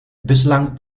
bislang